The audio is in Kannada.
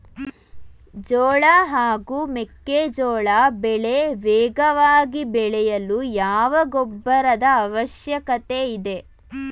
ಜೋಳ ಹಾಗೂ ಮೆಕ್ಕೆಜೋಳ ಬೆಳೆ ವೇಗವಾಗಿ ಬೆಳೆಯಲು ಯಾವ ಗೊಬ್ಬರದ ಅವಶ್ಯಕತೆ ಇದೆ?